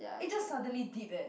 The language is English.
it just suddenly dip eh